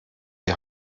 die